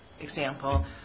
example